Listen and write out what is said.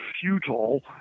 futile